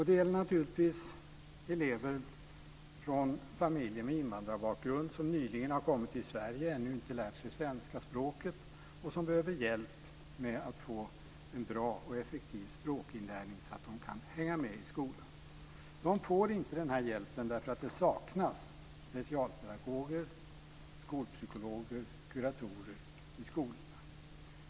Det gäller naturligtvis också elever med invandrarbakgrund som nyligen har kommit till Sverige och ännu inte lärt sig svenska språket och som behöver hjälp med att få en bra och effektiv språkinlärning så att de kan hänga med i skolan. De får inte den här hjälpen, därför att det saknas specialpedagoger, skolpsykologer och kuratorer i skolorna.